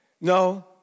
No